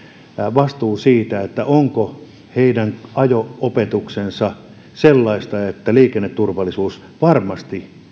vastuu siitä onko heidän ajo opetuksensa sellaista että liikenneturvallisuus varmasti